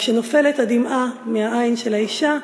כשנופלת הדמעה מהעין של האישה,